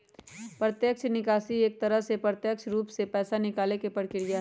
प्रत्यक्ष निकासी एक तरह से प्रत्यक्ष रूप से पैसा निकाले के प्रक्रिया हई